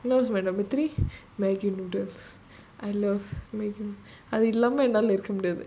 know what's my number three maggi noodles I love maggi